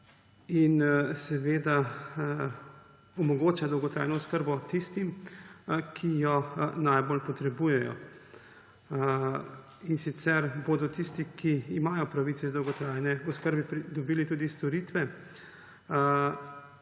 in seveda omogoča dolgotrajno oskrbo tistim, ki jo najbolj potrebujejo, in sicer bodo tisti, ki imajo pravice iz dolgotrajne oskrbe, dobili tudi storitve